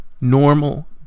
normal